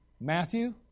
Matthew